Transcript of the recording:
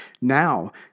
Now